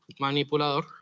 Manipulador